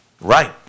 Right